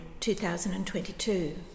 2022